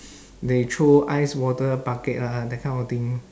they throw ice water bucket ah that kind of thing